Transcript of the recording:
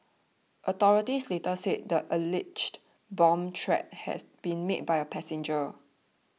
authorities later said the alleged bomb threat had been made by a passenger